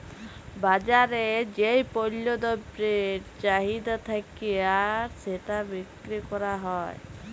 বাজারে যেই পল্য দ্রব্যের চাহিদা থাক্যে আর সেটা বিক্রি ক্যরা হ্যয়